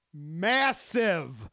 massive